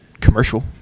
commercial